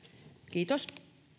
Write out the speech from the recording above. kiitos